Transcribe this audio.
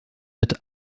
mit